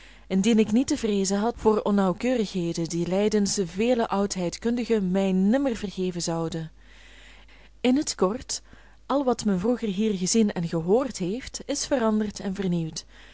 indien ik niet te vreezen had voor onnauwkeurigheden die leidens vele oudheidkundigen mij nimmer vergeven zouden in het kort al wat men vroeger hier gezien en gehoord heeft is veranderd en vernieuwd